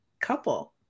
couple